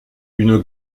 une